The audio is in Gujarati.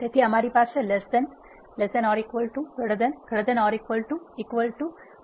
તેથી અમારી પાસે અને વગેરે લોજિકલ ઓપરેશન છે